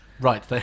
Right